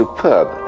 Superb